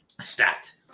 stacked